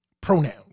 Pronouns